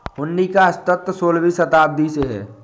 हुंडी का अस्तित्व सोलहवीं शताब्दी से है